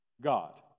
God